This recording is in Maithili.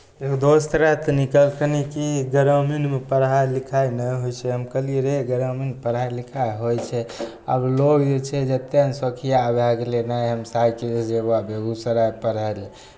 एगो दोस्त रहथिन कहलखिन की ग्रामीणमे पढ़ाइ लिखाइ नहि होइ छै हम कहलियै रे ग्रामीणमे पढ़ाइ लिखाइ होइ छै आब लोग जे छै एतेक ने शौखिया भए गेलै नहि हम साइकिलसँ जयबहु बेगूसराय पढ़य लेल